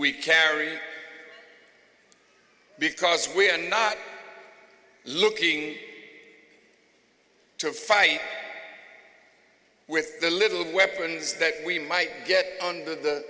we carry because we are not looking to fight with the little weapons that we might get on the